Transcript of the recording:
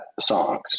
songs